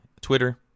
Twitter